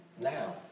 now